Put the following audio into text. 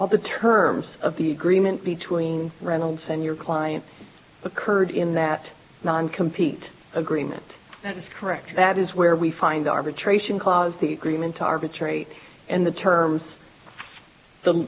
all the terms of the agreement between reynolds and your client occurred in that non compete agreement that is correct that is where we find the arbitration clause the agreement to arbitrate and the t